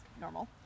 normal